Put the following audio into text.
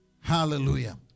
Hallelujah